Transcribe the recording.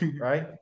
right